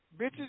bitches